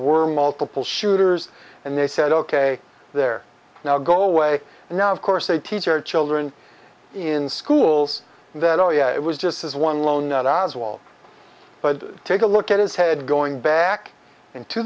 were multiple shooters and they said ok there now go away and now of course they teach our children in schools that oh yeah it was just as one lone nut as well but take a look at his head going back into